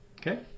Okay